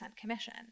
commission